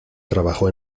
trabajó